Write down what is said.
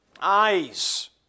eyes